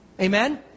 Amen